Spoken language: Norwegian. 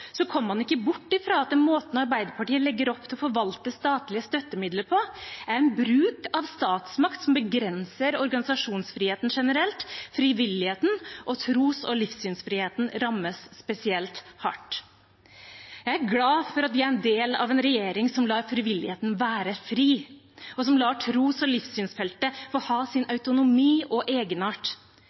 kommer en ikke bort fra at måten Arbeiderpartiet legger opp til å forvalte statlige støttemidler på, er en bruk av statsmakt som begrenser organisasjonsfriheten generelt, og frivilligheten og tros- og livssynsfriheten rammes spesielt hardt. Jeg er glad for at vi er en del av en regjering som lar frivilligheten være fri, og som lar tros- og livssynsfeltet få ha sin autonomi og egenart.